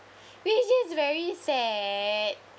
which is very sad